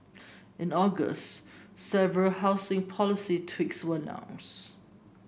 in August several housing policy tweaks were announced